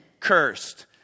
cursed